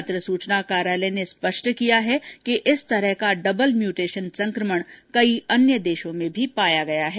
पत्र सूचना कार्यालय ने स्पष्ट किया कि इस तरह का डबल म्यूटेशन संक्रमण कई अन्य देशों में भी पाया गया है